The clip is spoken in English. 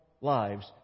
lives